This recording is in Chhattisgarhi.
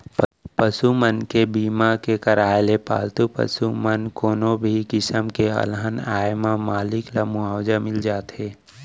पसु मन के बीमा के करवाय ले पालतू पसु म कोनो भी किसम के अलहन आए म मालिक ल मुवाजा मिल जाथे